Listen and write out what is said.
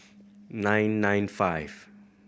nine nine five